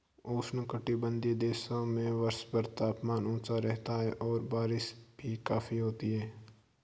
उष्णकटिबंधीय देशों में वर्षभर तापमान ऊंचा रहता है और बारिश भी काफी होती है